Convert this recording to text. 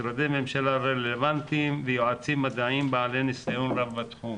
משרדי ממשלה רלוונטיים ויועצים מדעיים בעלי ניסיון רב בתחום.